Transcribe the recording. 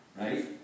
Right